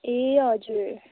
ए हजुर